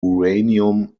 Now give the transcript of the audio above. uranium